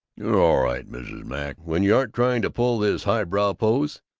you're all right, mrs. mac, when you aren't trying to pull this highbrow pose.